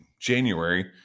january